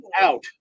out